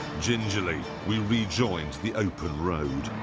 gingerly, we re-joined the open road.